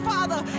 Father